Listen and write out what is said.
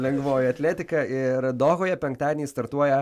lengvoji atletika ir dohoje penktadienį startuoja